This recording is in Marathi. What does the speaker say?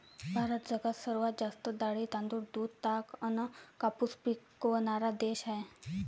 भारत जगात सर्वात जास्त डाळी, तांदूळ, दूध, ताग अन कापूस पिकवनारा देश हाय